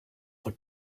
for